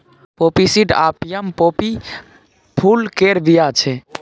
poppy seed opium poppy फुल केर बीया छै